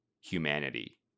humanity